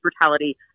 brutality